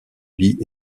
lit